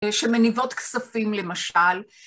שמניבות כספים למשל.